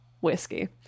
whiskey